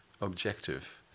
objective